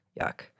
yuck